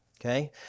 Okay